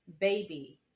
baby